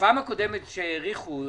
בפעם הקודמת שהאריכו,